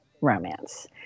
romance